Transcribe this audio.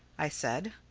i said.